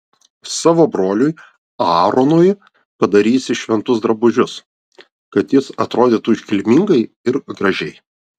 savo broliui aaronui padarysi šventus drabužius kad jis atrodytų iškilmingai ir gražiai